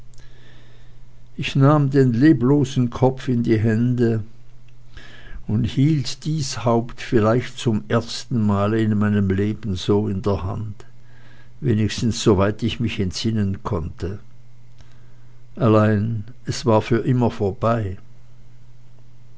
ich nahm den leblosen kopf in die hände und hielt dies haupt vielleicht zum ersten mal in meinem leben so in der hand wenigstens so weit ich mich entsinnen konnte allein es war für immer vorbei